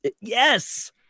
yes